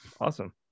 Awesome